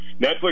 Netflix